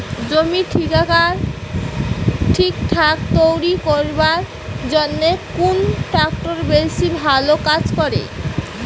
জমি ঠিকঠাক তৈরি করিবার জইন্যে কুন ট্রাক্টর বেশি ভালো কাজ করে?